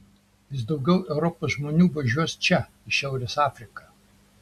vis daugiau europos žmonių važiuos čia į šiaurės afriką